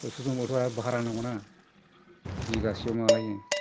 tractor जोंबोथ' आरो भारा नांगौना बिगासेयाव माबा लायो